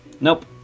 Nope